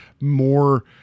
more